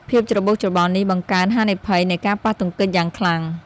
ភាពច្របូកច្របល់នេះបង្កើនហានិភ័យនៃការប៉ះទង្គិចយ៉ាងខ្លាំង។